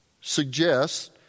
suggests